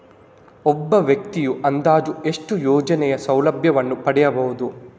ಒಬ್ಬ ವ್ಯಕ್ತಿಯು ಅಂದಾಜು ಎಷ್ಟು ಯೋಜನೆಯ ಸೌಲಭ್ಯವನ್ನು ಪಡೆಯಬಹುದು?